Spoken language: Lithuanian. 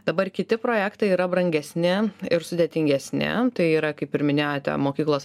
dabar kiti projektai yra brangesni ir sudėtingesni tai yra kaip ir minėjote mokyklos